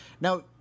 now